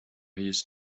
his